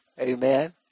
Amen